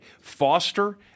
Foster